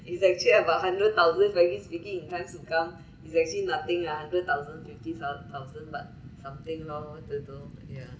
it's actually about hundred thousand frankly speaking in times to come it's actually nothing lah hundred thousand fifty thou~ thousand but something loh what to do yeah